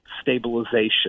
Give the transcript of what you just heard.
stabilization